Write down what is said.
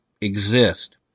exist